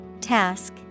Task